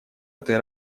этой